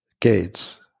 Gates